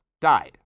died